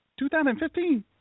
2015